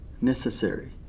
necessary